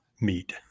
meet